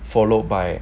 followed by